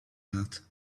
arts